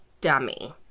dummy